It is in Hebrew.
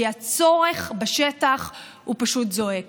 כי הצורך בשטח פשוט זועק